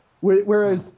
Whereas